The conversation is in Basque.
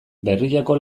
berriako